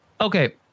Okay